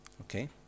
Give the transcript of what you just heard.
Okay